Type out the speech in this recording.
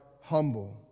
humble